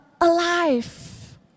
alive